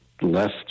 left